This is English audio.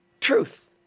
truth